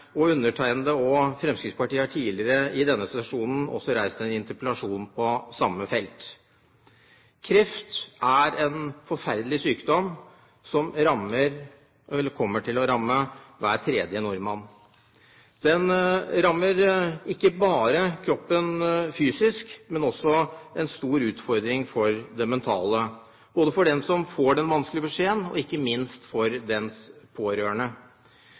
forslaget. Undertegnede og Fremskrittspartiet har tidligere i denne sesjonen også reist en interpellasjon på det samme felt. Kreft er en forferdelig sykdom som rammer, eller kommer til å ramme, hver tredje nordmann. Den rammer ikke bare kroppen fysisk, men er også en stor utfordring mentalt – både for den som får den vanskelige beskjeden, og ikke minst de pårørende.